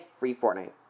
FreeFortnite